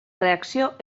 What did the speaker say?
reacció